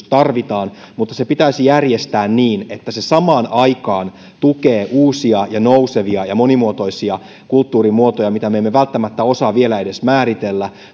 tarvitaan mutta se pitäisi järjestää niin että se samaan aikaan tukee uusia ja nousevia ja monimuotoisia kulttuurin muotoja mitä me emme välttämättä osaa vielä edes määritellä